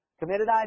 Committed